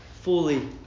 fully